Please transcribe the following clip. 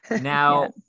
Now